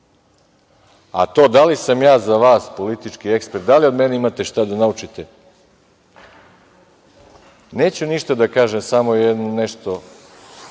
a to da li sam ja za vas politički ekspert, da li od mene imate šta da naučite, neću ništa da kažem samo nešto